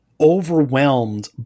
Overwhelmed